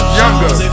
younger